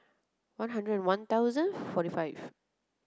one hundred and one thousand forty five